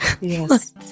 Yes